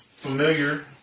familiar